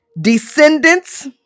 descendants